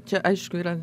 čia aišku yra